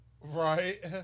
Right